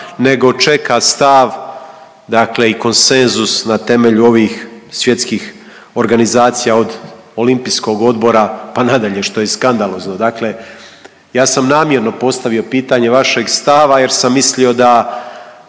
nego čeka stav dakle i konsenzus na temelju ovih svjetskih organizacija, od olimpijskog odbora pa nadalje, što je skandalozno. Dakle ja sam namjerno postavio pitanje vašeg stava jer sam mislio da